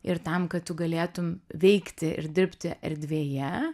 ir tam kad tu galėtum veikti ir dirbti erdvėje